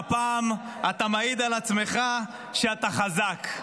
והפעם אתה מעיד על עצמך שאתה חזק.